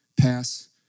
pass